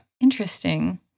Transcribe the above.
Interesting